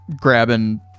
grabbing